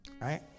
right